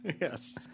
yes